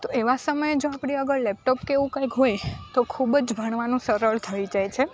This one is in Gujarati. તો એવા સમયે આપણી આગળ જો લેપટોપ કે એવું કાંઈક હોય તો ખૂબ જ ભણવાનું સરળ થઈ જાય છે